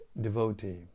devotee